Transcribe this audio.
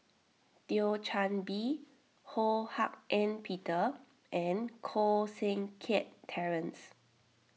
Thio Chan Bee Ho Hak Ean Peter and Koh Seng Kiat Terence